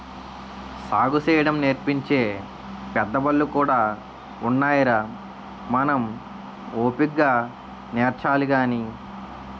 సాగుసేయడం నేర్పించే పెద్దబళ్ళు కూడా ఉన్నాయిరా మనం ఓపిగ్గా నేర్చాలి గాని